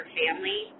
family